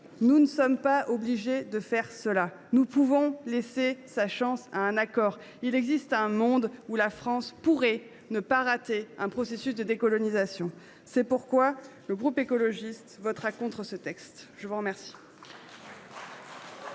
nous ne sommes pas obligés de faire ce choix. Nous pouvons laisser sa chance à un accord. Il existe un monde où la France pourrait ne pas rater un processus de décolonisation. C’est pourquoi le groupe Écologiste – Solidarité et Territoires votera